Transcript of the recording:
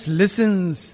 listens